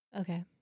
Okay